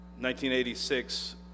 1986